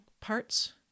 parts